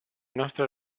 nostra